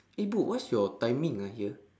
eh ibu what is your timing ah here